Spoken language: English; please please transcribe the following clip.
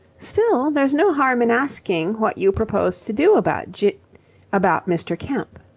still, there's no harm in asking what you propose to do about gin about mr. kemp.